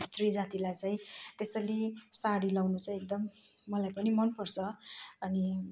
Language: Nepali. स्त्री जातिलाई चाहिँ त्यसैले साडी लगाउनु चाहिँ एकदम मलाई पनि मनपर्छ अनि